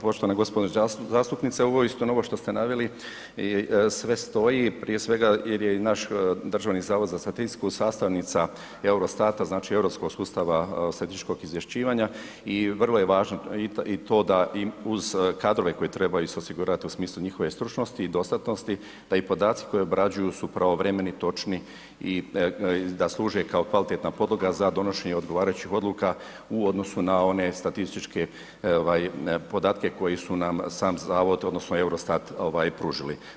Poštovana gospođo zastupnice, ovo je istina ovo što ste naveli sve stoji i prije svega jer je i naš Državni zavod za statistiku sastavnica EUROSTAT-a znači Europskog sustava statističkog izvješćivanja i vrlo je važno i to da uz kadrove koje trebaju isto osigurat u smislu njihove stručnosti i dostatnosti, da i podaci koje obrađuju su pravovremeni, točni i da služe kao kvalitetna podloga za donošenje odgovarajućih odluka u odnosu na one statističke ovaj podatke koji su nam sam zavod odnosno EUROSTAT ovaj pružili.